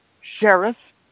sheriff